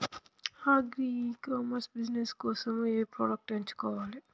Agri e commerce business కోసము ఏ products ఎంచుకోవాలి?